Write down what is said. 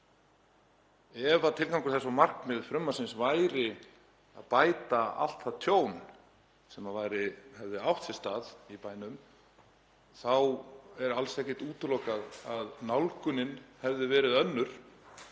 Ef tilgangur og markmið frumvarpsins væri að bæta allt það tjón sem hefði átt sér stað í bænum þá er alls ekkert útilokað að nálgunin hefði verið önnur